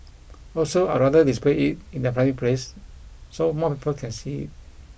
also I'd rather display it in a public place so more people can see it